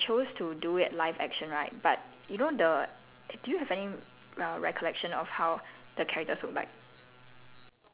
ya so for this one right for avatar legend of aang right they chose to do it live action right but you know the do you have any